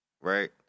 right